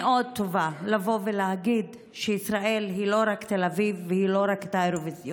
טובה מאוד להגיד שישראל היא לא רק תל אביב והיא לא רק האירוויזיון,